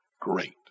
great